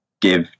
give